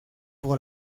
ouvre